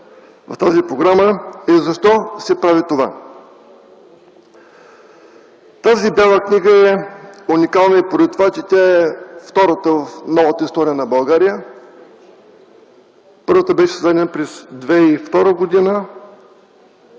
в тази програма, е защо се прави това. Тази Бяла книга е уникална и поради това, че е втората в новата история на България. Първата беше издадена през 2002 г.,